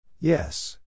Yes